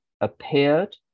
appeared